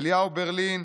אליהו ברלין,